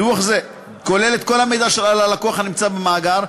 דוח זה כולל את כל המידע על הלקוח הנמצא במאגר,